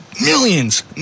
millions